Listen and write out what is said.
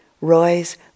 Roy's